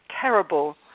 terrible